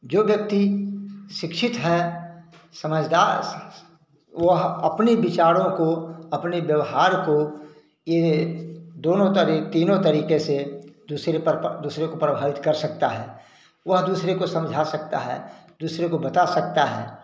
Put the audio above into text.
जो व्यक्ति शिक्षित है समझदार वह अपने विचारों को अपने व्यवहार को ये दोनों तरे तीनों तरीके से दूसरे पर प दूसरे को प्रभावित कर सकता है वह दूसरे को समझा सकता है दूसरे को बता सकता है